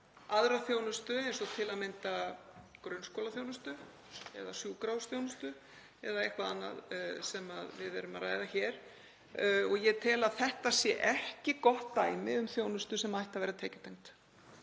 aðra þjónustu eins og til að mynda grunnskólaþjónustu eða sjúkrahúsþjónustu eða eitthvað annað sem við ræðum hér. Ég tel að þetta sé ekki gott dæmi um þjónustu sem ætti að vera tekjutengd.